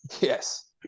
Yes